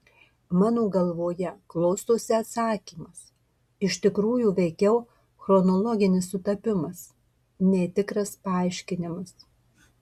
mano galvoje klostosi atsakymas iš tikrųjų veikiau chronologinis sutapimas nei tikras paaiškinimas